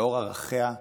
לאור ערכיה,